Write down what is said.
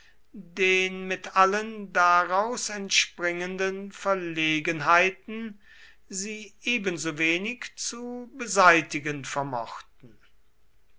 den mit allen daraus entspringenden verlegenheiten sie ebensowenig zu beseitigen vermochten